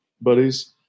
buddies